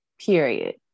Period